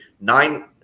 nine